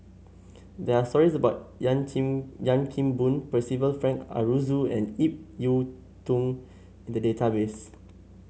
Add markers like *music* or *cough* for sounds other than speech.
there are stories about *unintelligible* Chan Kim Boon Percival Frank Aroozoo and Ip Yiu Tung in the database